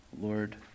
Lord